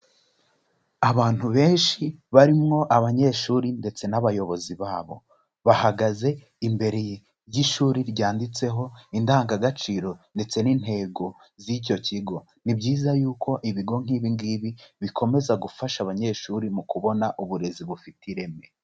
Abantu benshi barimwo abanyeshuri ndetse n'abayobozi babo, bahagaze imbere ry'ishuri ryanditseho indangagaciro ndetse n'intego z'icyo kigo. Ni byiza yuko ibigo nk'ibi ngibi bikomeza gufasha abanyeshuri mu kubona uburezi bufite ireme.